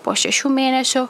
po šešių mėnesių